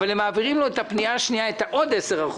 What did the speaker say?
אבל הם מעבירים לו את הפנייה השנייה, עוד 10%,